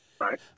Right